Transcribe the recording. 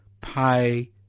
pay